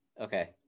Okay